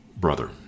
brother